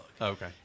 Okay